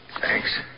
thanks